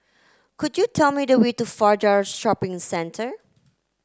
could you tell me the way to Fajar Shopping Centre